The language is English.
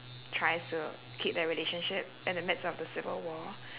tries to keep their relationship at the midst of the civil war